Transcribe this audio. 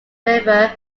river